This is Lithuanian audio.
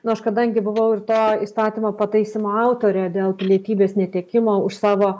nu aš kadangi buvau ir to įstatymo pataisymo autorė dėl pilietybės netekimo už savo